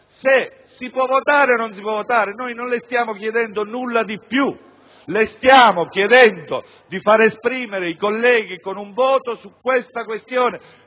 Si può votare o non si può votare? Noi non le stiamo chiedendo nulla di più. Le stiamo chiedendo di far esprimere i colleghi, con un voto, sulla questione